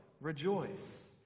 Rejoice